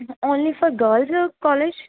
only for girls college